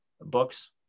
books